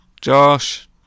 Josh